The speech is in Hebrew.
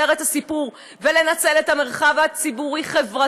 את הסיפור ולנצל את המרחב הציבורי-חברתי,